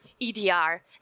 EDR